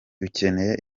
dukeneye